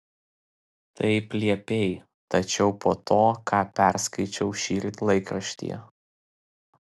taip liepei tačiau po to ką perskaičiau šįryt laikraštyje